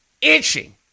itching